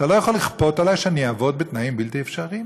אתה לא יכול לכפות עלי שאני אעבוד בתנאים בלתי אפשריים,